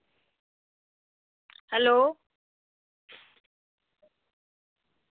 hello